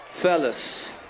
Fellas